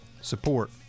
support